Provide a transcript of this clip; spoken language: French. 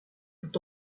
tout